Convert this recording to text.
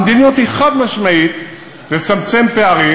המדיניות היא חד-משמעית לצמצם פערים,